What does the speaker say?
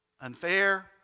Unfair